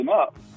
up